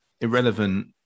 Irrelevant